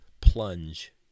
plunge